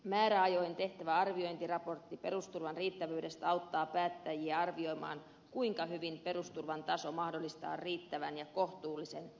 määräajoin tehtävä arviointiraportti perusturvan riittävyydestä auttaa päättäjiä arvioimaan kuinka hyvin perusturvan taso mahdollistaa riittävän ja kohtuullisen toimeentulon